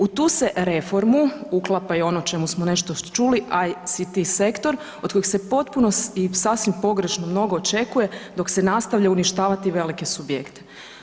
U tu se reformu uklapa i ono o čemu smo nešto čuli, ICT sektor od kojeg se potpuno i sasvim pogrešno mnogo očekuje dok se nastavlja uništavati velike subjekte.